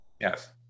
Yes